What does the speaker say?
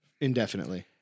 indefinitely